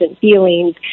feelings